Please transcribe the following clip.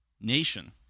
nation